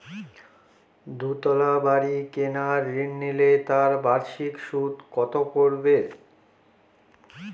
দুতলা বাড়ী কেনার ঋণ নিলে তার বার্ষিক সুদ কত পড়বে?